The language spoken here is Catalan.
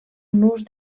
nus